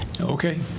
Okay